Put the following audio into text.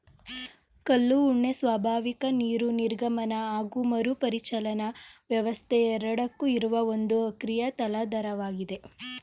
ಕಲ್ಲು ಉಣ್ಣೆ ಸ್ವಾಭಾವಿಕ ನೀರು ನಿರ್ಗಮನ ಹಾಗು ಮರುಪರಿಚಲನಾ ವ್ಯವಸ್ಥೆ ಎರಡಕ್ಕೂ ಇರುವ ಒಂದು ಅಕ್ರಿಯ ತಲಾಧಾರವಾಗಿದೆ